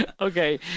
Okay